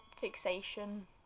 fixation